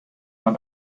man